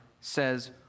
says